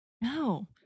No